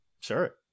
Sure